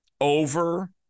over